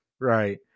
right